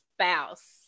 spouse